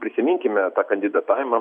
prisiminkime tą kandidatavimą